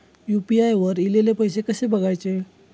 UPI वर ईलेले पैसे कसे बघायचे?